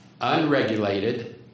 unregulated